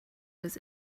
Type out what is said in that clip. was